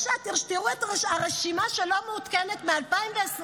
בבקשה, תראו את הרשימה שלא מעודכנת מ-2001.